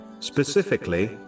Specifically